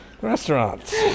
restaurants